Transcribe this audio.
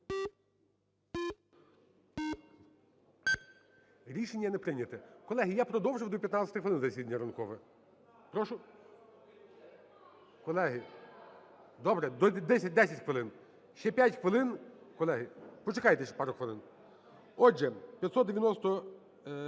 Рішення не прийнято. Колеги, я продовжив до 15 хвилин засідання ранкове. Прошу. (Шум у залі) Колеги, добре, 10 хвилин. Ще 5 хвилин. Колеги, почекайте ще пару хвилин. Отже, 595-а.